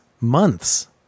months